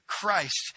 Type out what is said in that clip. Christ